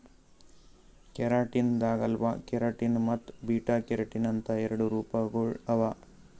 keratin ದಾಗ್ alpha keratin ಮತ್ತ್ beta keratin ಅಂತ್ ಎರಡು ರೂಪಗೊಳ್ ಅವಾ